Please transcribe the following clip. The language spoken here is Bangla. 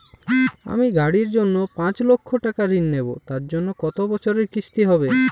আমি গাড়ির জন্য পাঁচ লক্ষ টাকা ঋণ নেবো তার জন্য কতো বছরের কিস্তি হবে?